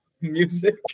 music